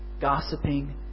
gossiping